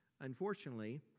Unfortunately